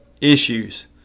issues